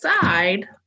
side